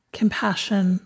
compassion